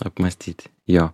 apmąstyti jo